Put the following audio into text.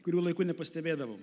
kurių laiku nepastebėdavau